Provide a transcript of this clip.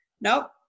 Nope